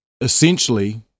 essentially